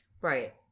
Right